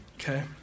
Okay